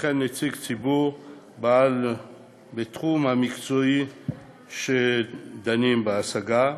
וכן נציג ציבור בתחום המקצועי שדנים בו בהשגה,